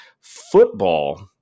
football